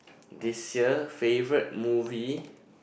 this year favourite movie